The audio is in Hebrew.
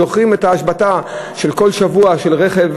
את ההשבתה של רכב,